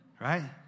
Right